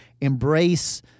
embrace